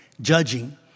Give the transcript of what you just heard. judging